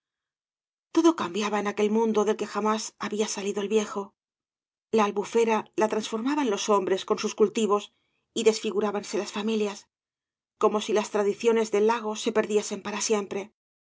todo cambiaba en aquel mundo del que jamás había salido el viejo la albufera la transformaban los hombres con sus cultivos y desfigurábanse las familias como si las tradiciones del lago se perdiesen para siempre